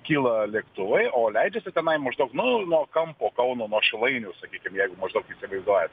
kyla lėktuvai o leidžiasi tenai maždaug nu nuo kampo kauno šilainių sakykim jeigu maždaug įsivaizduojat